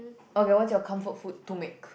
okay what's your comfort food to make